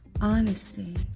honesty